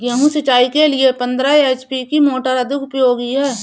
गेहूँ सिंचाई के लिए पंद्रह एच.पी की मोटर अधिक उपयोगी है?